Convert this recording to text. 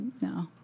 No